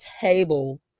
table